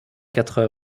quatre